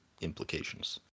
implications